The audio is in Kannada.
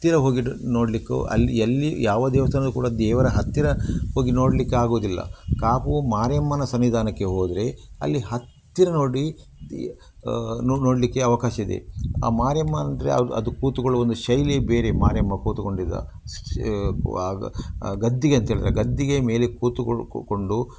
ಹತ್ತಿರ ಹೋಗಿದ್ ನೋಡಲಿಕ್ಕು ಅಲ್ಲಿ ಎಲ್ಲಿ ಯಾವ ದೇವಸ್ಥಾನವು ಕೂಡ ದೇವರ ಹತ್ತಿರ ಹೋಗಿ ನೋಡಲಿಕ್ಕೆ ಆಗೋದಿಲ್ಲ ಕಾಪು ಮಾರಿಯಮ್ಮನ ಸನ್ನಿಧಾನಕ್ಕೆ ಹೋದರೆ ಅಲ್ಲಿ ಹತ್ತಿರ ನೋಡಿ ದಿ ನೋಡಲಿಕ್ಕೆ ಅವಕಾಶ ಇದೆ ಆ ಮಾರಿಯಮ್ಮ ಅಂದರೆ ಅದು ಕೂತುಕೊಳ್ಳುವ ಒಂದು ಶೈಲಿಯೆ ಬೇರೆ ಮಾರಿಯಮ್ಮ ಕೂತುಕೊಂಡಿದೆ ಗದ್ದಿಗೆ ಅಂತ ಹೇಳ್ತಾರೆ ಗದ್ದಿಗೆ ಮೇಲೆ ಕೂತುಕೋ ಕೊಂಡು